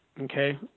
okay